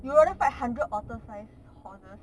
you rather fight hundred otter size horses